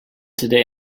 today